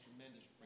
tremendous